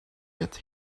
get